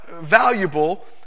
valuable